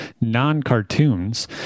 non-cartoons